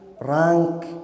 rank